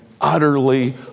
utterly